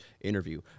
interview